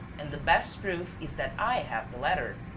and the best proof is that i have the letter.